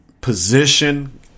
position